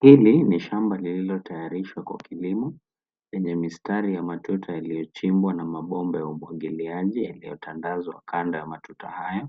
Hili ni shamba lililotayarishwa kwa kilimo, lenye mistari ya matuta yaliyochimbwa na mabomba ya umwagiliaji yaliotandazwa kando ya matuta haya.